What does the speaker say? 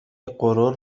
غرور